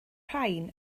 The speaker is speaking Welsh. rhain